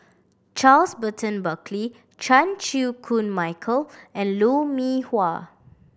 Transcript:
Charles Burton Buckley Chan Chew Koon Michael and Lou Mee Wah